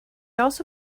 also